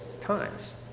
times